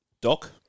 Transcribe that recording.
Doc